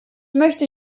möchte